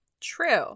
true